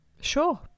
Sure